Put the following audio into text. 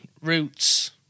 roots